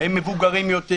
הם מבוגרים יותר,